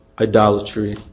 idolatry